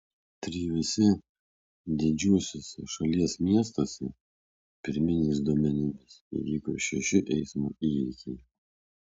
trijuose didžiuosiuose šalies miestuose pirminiais duomenimis įvyko šeši eismo įvykiai